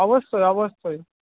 অবশ্যই অবশ্যই